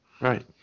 Right